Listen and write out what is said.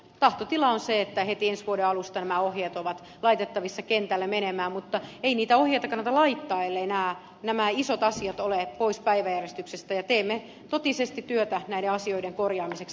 tahtotila on se että heti ensi vuoden alusta nämä ohjeet ovat laitettavissa kentälle menemään mutta ei niitä ohjeita kannata laittaa elleivät nämä isot asiat ole pois päiväjärjestyksestä ja teemme totisesti työtä näiden asioiden korjaamiseksi